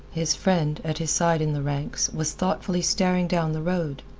his friend, at his side in the ranks, was thoughtfully staring down the road.